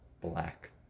black